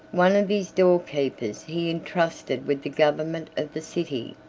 one of his doorkeepers he intrusted with the government of the city.